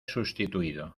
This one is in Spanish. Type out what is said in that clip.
sustituido